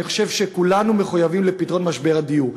אני חושב שכולנו מחויבים לפתרון משבר הדיור,